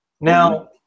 Now